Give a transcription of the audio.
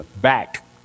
back